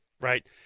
right